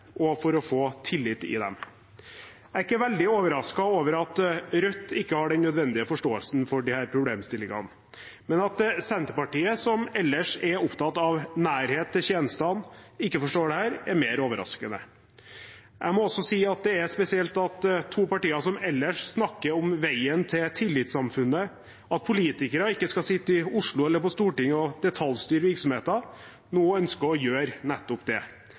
og få tillit i dem. Jeg er ikke veldig overrasket over at Rødt ikke har den nødvendige forståelsen for disse problemstillingene, men at Senterpartiet, som ellers er opptatt av nærhet til tjenestene, ikke forstår dette, er mer overraskende. Det er også spesielt at to partier som ellers snakker om veien til tillitssamfunnet, og at politikere ikke skal sitte i Oslo eller på Stortinget og detaljstyre virksomheter, nå ønsker å gjøre nettopp det,